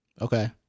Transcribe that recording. Okay